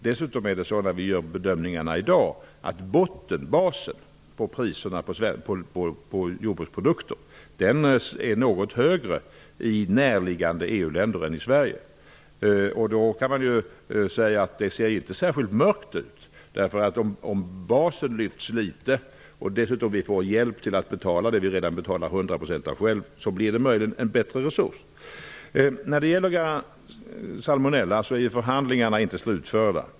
Dessutom är bottenbasen för priserna på jordbruksprodukter är något högre i näraliggande EU-länder än i Sverige. Då kan man säga att det inte ser särskilt mörkt ut, eftersom basen lyfts något och vi dessutom får hjälp med att betala en del av det som vi i dag själva betalar till hundra procent. Förhandlingarna om salmonellaskyddet är ännu inte slutförda.